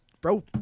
Bro